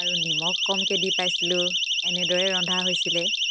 আৰু নিমখ কমকৈ দি পাইছিলোঁ এনেদৰে ৰন্ধা হৈছিলে